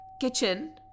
kitchen